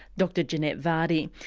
dr janette vardy.